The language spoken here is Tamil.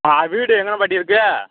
வீடு எங்கேன பாட்டி இருக்குது